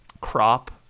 crop